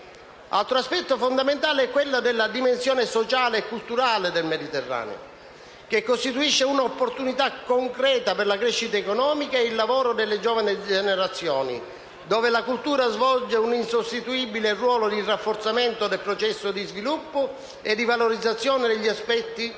Altro aspetto fondamentale è la dimensione sociale e culturale del Mediterraneo, che costituisce un'opportunità concreta per la crescita economica ed il lavoro delle giovani generazioni, dove la cultura svolge un insostituibile ruolo di rafforzamento del processo di sviluppo e di valorizzazione degli aspetti di